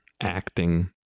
acting